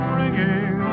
ringing